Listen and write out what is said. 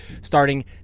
starting